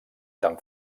tan